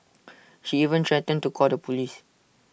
she even threatened to call the Police